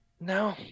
No